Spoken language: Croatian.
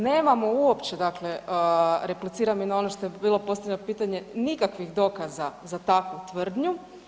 Nemamo uopće dakle repliciram i na ono što je bilo postavljeno pitanje, nikakvih dokaza za takvu tvrdnju.